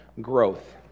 growth